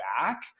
back